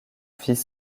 fils